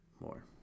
more